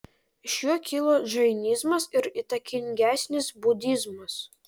iš jo kilo džainizmas ir įtakingesnis budizmas